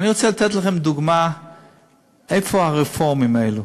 אני רוצה לתת לכם דוגמה איפה הרפורמים האלו: